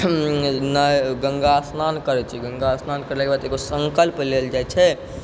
गंगा स्नान करै छियै गंगा स्नान करलाके बाद एगो सङ्कल्प लेल जाइ छै